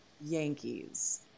Yankees